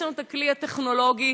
יש לנו כלי טכנולוגי,